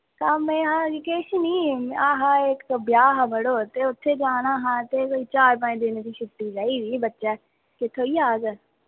कम्म एह् हा केश निं ऐ हा इक ब्याह् हा मड़ो ते उत्थै जाना हा अते कोई चार पंज दिन दी छुट्टी चाहिदी ही बच्चें केह् थ्होई जाग